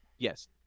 Yes